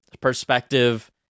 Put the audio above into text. perspective